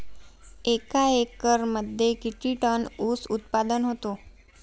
एका एकरमध्ये किती टन ऊस उत्पादन होतो?